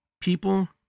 people